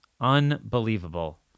Unbelievable